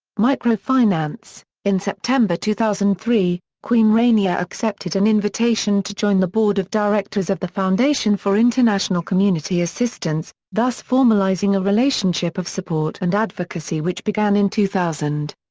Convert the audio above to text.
microfinance in september two thousand and three, queen rania accepted an invitation to join the board of directors of the foundation for international community assistance, thus formalizing a relationship of support and advocacy which began in two thousand.